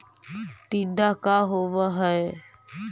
टीडा का होव हैं?